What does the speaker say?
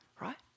right